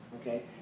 okay